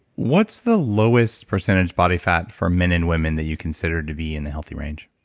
what's the lowest percentage body fat for men and women that you consider to be in the healthy range?